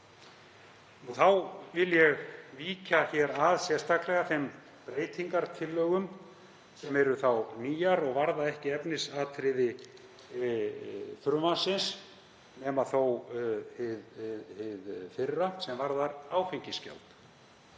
Þá vil ég víkja hér að sérstaklega þeim breytingartillögum sem eru þá nýjar og varða ekki efnisatriði frumvarpsins nema þó hið fyrra sem varðar áfengisgjald.